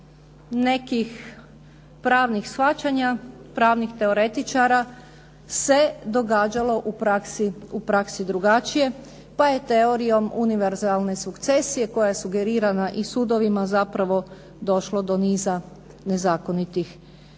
nekih pravnih shvaćanja, pravnih teoretičara se događalo u praksi drugačije, pa je teorijom univerzalne sukcesije koja je sugerirana i sudovima, zapravo došlo do niza nezakonitih uknjižbi.